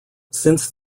since